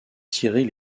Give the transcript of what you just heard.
tirer